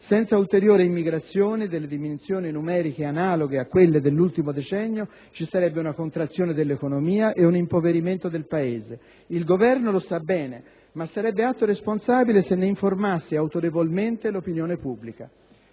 senza ulteriore immigrazione dalle dimensioni numeriche analoghe a quelle dell'ultimo decennio, ci sarebbe una contrazione dell'economia e un impoverimento del Paese. Il Governo lo sa bene, ma sarebbe atto responsabile se ne informasse autorevolmente l'opinione pubblica.